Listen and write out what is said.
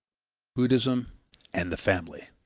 buddhism and the family